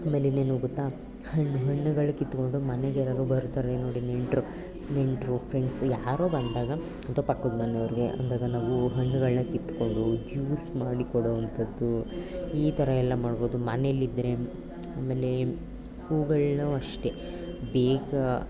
ಆಮೇಲೆ ಇನ್ನೇನು ಗೊತ್ತಾ ಹಣ್ಣು ಹಣ್ಣುಗಳು ಕಿತ್ಕೊಂಡು ಮನೆಗೆ ಯಾರಾದ್ರು ಬರುತ್ತಾರೆ ನೋಡಿ ನೆಂಟರು ನೆಂಟರು ಫ್ರೆಂಡ್ಸು ಯಾರೋ ಬಂದಾಗ ಅಥ್ವಾ ಪಕ್ಕದ ಮನೆಯವ್ರಿಗೆ ಅಂದಾಗ ನಾವು ಹಣ್ಣುಗಳನ್ನು ಕಿತ್ಕೊಂಡು ಜ್ಯೂಸ್ ಮಾಡಿ ಕೊಡೋವಂಥದ್ದು ಈ ಥರ ಎಲ್ಲ ಮಾಡ್ಬೌದು ಮನೆಯಲ್ಲಿದ್ರೆ ಆಮೇಲೆ ಹೂವುಗಳ್ನು ಅಷ್ಟೇ ಬೇಗ